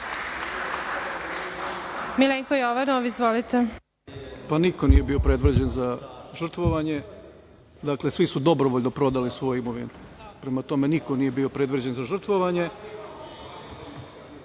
**Milenko Jovanov** Niko nije bio predviđen za žrtvovanje, svi su dobrovoljno prodali svoju imovinu. Prema tome, niko nije bio predviđen za žrtvovanje. Ja